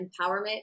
empowerment